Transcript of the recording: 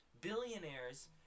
billionaires